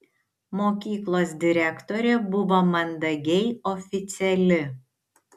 mokyklos direktorė buvo mandagiai oficiali